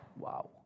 Wow